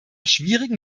schwierigen